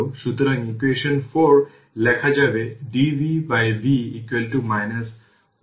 সুতরাং ইকুয়েশন 4 লেখা যাবে dvv 1RC dt